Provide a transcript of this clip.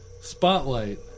spotlight